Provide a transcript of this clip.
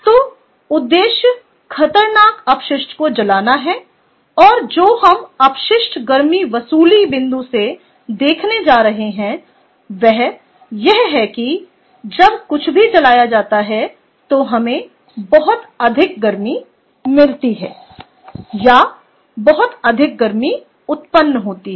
तो उद्देश्य खतरनाक अपशिष्ट को जलाना है और जो हम अपशिष्ट गर्मी वसूली बिंदु से देखने जा रहे हैं वह यह है कि जब कुछ भी जलाया जाता है तो हमें बहुत अधिक गर्मी मिलती है या बहुत अधिक गर्मी उत्पन्न होती है